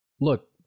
look